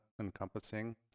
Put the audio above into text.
encompassing